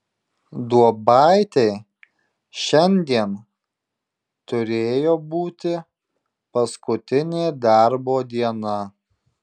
duobaitei šiandien turėjo būti paskutinė darbo diena